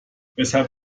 weshalb